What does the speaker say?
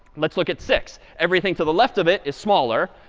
let's look at six. everything to the left of it is smaller.